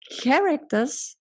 characters